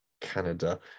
Canada